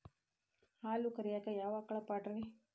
ಹಾಲು ಕರಿಯಾಕ ಯಾವ ಆಕಳ ಪಾಡ್ರೇ?